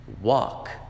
Walk